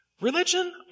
Religion